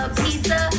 pizza